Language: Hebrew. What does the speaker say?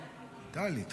טלי, די.